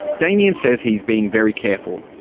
damian says he is being very careful.